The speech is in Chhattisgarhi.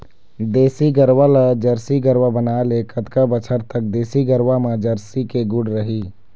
देसी गरवा ला जरसी गरवा बनाए ले कतका बछर तक देसी गरवा मा जरसी के गुण रही?